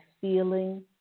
feeling